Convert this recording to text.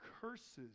curses